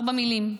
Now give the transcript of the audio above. ארבע מילים: